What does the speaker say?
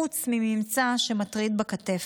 חוץ מממצא שמטריד בכתף,